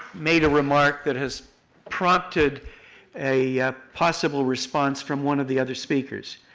made a remark that has prompted a possible response from one of the other speakers.